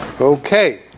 Okay